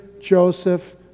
Joseph